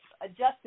adjusted